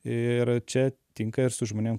ir čia tinka ir su žmonėm